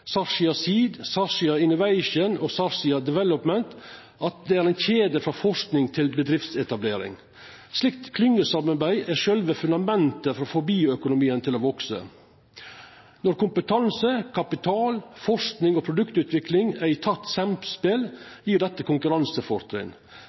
kjede frå forsking til bedriftsetablering. Slikt klyngesamarbeid er sjølve fundamentet for å få bioøkonomien til å veksa. Når kompetanse, kapital, forsking og produktutvikling er i